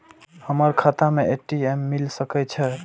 हमर खाता में ए.टी.एम मिल सके छै?